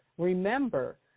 Remember